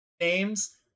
names